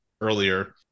earlier